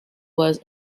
was